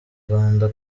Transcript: rwanda